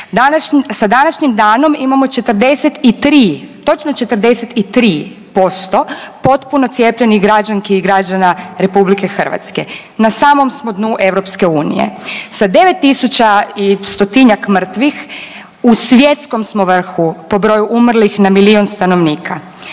Sa današnjim danom imamo 43, točno 43% potpuno cijepljenih građanki i građana RH. Na samom smo dnu EU. Sa 9000 i stotinjak mrtvih u svjetskom smo vrhu po broju umrlih na milijun stanovnika.